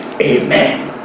Amen